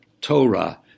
Torah